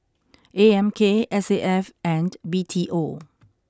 A M K S A F and B T O